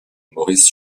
maurice